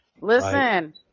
Listen